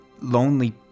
lonely